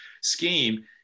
scheme